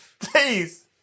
please